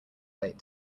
late